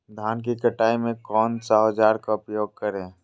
धान की कटाई में कौन सा औजार का उपयोग करे?